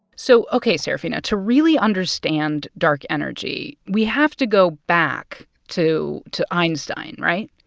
so. ok, sarafina, to really understand dark energy, we have to go back to to einstein. right?